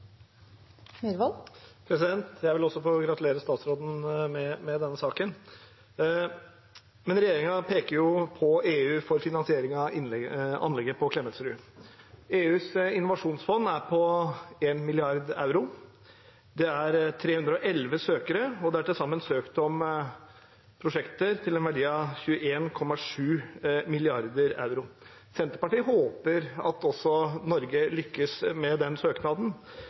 Jeg vil også få gratulere statsråden med denne saken. Regjeringen peker på EU for finansieringen av anlegget på Klemetsrud. EUs innovasjonsfond er på 1 mrd. euro. Det er 311 søkere, og det er til sammen søkt om prosjekter til en verdi av 21,7 mrd. euro. Senterpartiet håper at Norge lykkes med den søknaden,